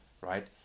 right